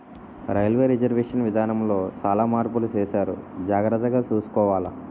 railway reservation విధానములో సాలా మార్పులు సేసారు జాగర్తగ సూసుకోవాల